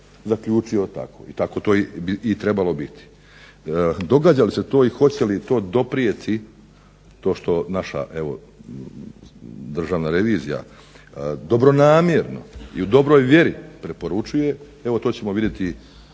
zaključio tako i tako to bi i trebalo biti. Događa li se i hoće li to doprijeti to što naša evo Državna revizija dobronamjerno i u dobroj vjeri preporučuje evo to ćemo vidjeti